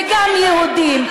גם יהודים,